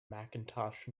macintosh